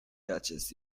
touches